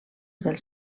dels